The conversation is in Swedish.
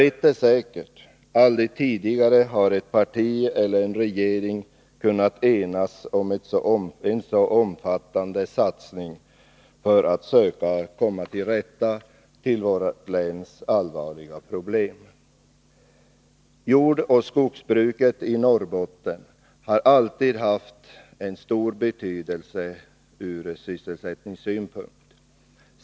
Ett är säkert: Aldrig tidigare har ett parti eller en regering kunnat enas om en så omfattande satsning för att söka komma till rätta med vårt läns allvarliga problem. Jordoch skogsbruket i Norrbotten har alltid haft stor betydelse från sysselsättningssynpunkt.